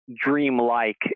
dreamlike